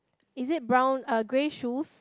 is it brown uh grey shoes